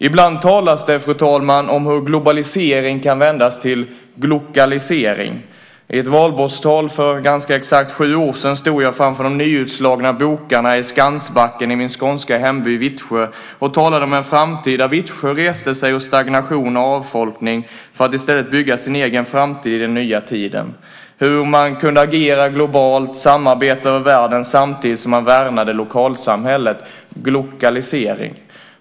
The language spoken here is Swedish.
Ibland talas det, fru talman, om hur globalisering kan vändas till glokalisering. I ett valborgstal för ganska exakt sju år sedan stod jag framför de nyutslagna bokarna i Skansbacken i min skånska hemby Vittsjö och talade om en framtid där Vittsjö reste sig ur stagnation och avfolkning för att i stället bygga sin egen framtid i den nya tiden, om hur man kunde agera globalt, samarbeta över världen samtidigt som man värnade lokalsamhället: glokalisering.